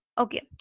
Okay